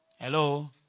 Hello